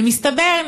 ומסתבר,